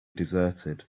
deserted